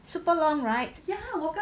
super long right